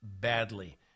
badly